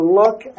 look